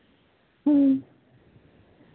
ᱦᱮᱸ